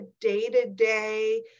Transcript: day-to-day